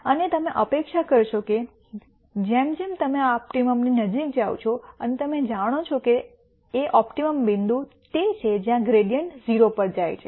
અને તમે અપેક્ષા કરશો કે કેમ કે જેમ તમે ઓપ્ટિમમની નજીક જાઓ છો અને તમે જાણો છો કે ઓપ્ટિમમ બિંદુ તે છે જ્યાં ગ્રૈડીઅન્ટ 0 પર જાય છે